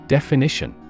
Definition